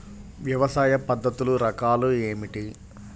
వ్యవసాయ పద్ధతులు రకాలు ఏమిటి?